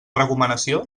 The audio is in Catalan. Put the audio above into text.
recomanació